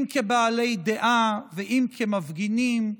אם כבעלי דעה ואם כמפגינים,